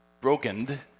broken